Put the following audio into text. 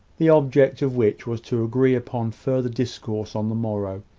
the object of which was to agree upon further discourse on the morrow.